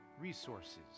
resources